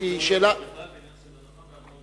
לא, בעניין הנחה בארנונה.